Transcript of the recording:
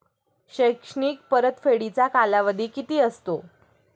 शैक्षणिक परतफेडीचा कालावधी किती असतो?